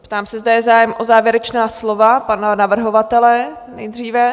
Ptám se, zda je zájem o závěrečná slova pana navrhovatele nejdříve?